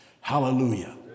Hallelujah